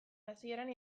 hasieran